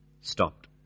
Stopped